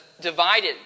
divided